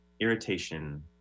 irritation